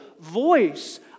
voice